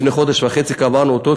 לפני חודש וחצי קבענו אותו,